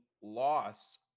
loss